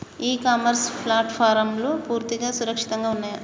ఇ commerce ప్లాట్ఫారమ్లు పూర్తిగా సురక్షితంగా ఉన్నయా?